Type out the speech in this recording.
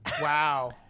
Wow